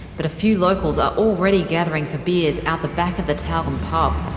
but a few locals are already gathering for beers out the back of the tyalgum pub.